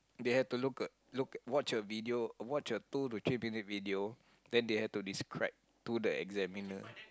they have to look look watch a video watch a two to three minute video then they have to describe to the examiner